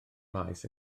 maes